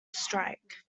strike